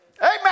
amen